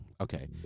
okay